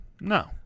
No